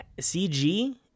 cg